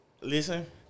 listen